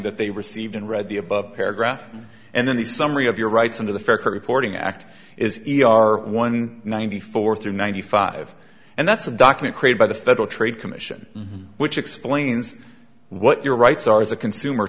that they received and read the above paragraph and then the summary of your rights under the fair for reporting act is e r one ninety four through ninety five and that's a document created by the federal trade commission which explains what your rights are as a consumer